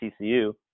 TCU